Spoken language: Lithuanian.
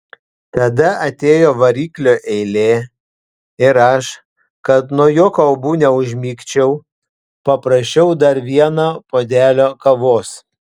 tada atėjo variklio eilė ir aš kad nuo jo kalbų neužmigčiau paprašiau dar vieno puodelio kavos